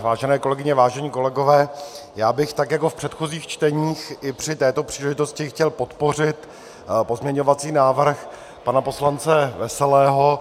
Vážené kolegyně, vážení kolegové, já bych tak jako v předchozích čteních i při této příležitosti chtěl podpořit pozměňovací návrh pana poslance Veselého.